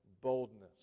boldness